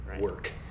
work